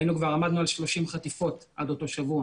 עד אותו שבוע